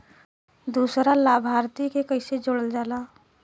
दूसरा लाभार्थी के कैसे जोड़ल जाला?